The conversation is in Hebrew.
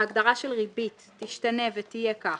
ההגדרה של תשתנה ותהיה כך: